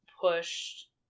pushed